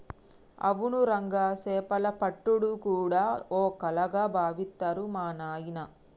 అవును రంగా సేపలు పట్టుడు గూడా ఓ కళగా బావిత్తరు మా నాయిన